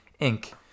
inc